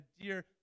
dear